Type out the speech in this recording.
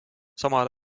samal